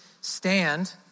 stand